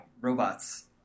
robots